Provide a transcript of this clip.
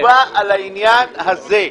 מה התשובה לעניין הזה?